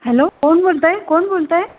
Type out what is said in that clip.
hello कोण बोलताय कोण बोलताय